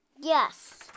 Yes